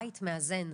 בית מאזן.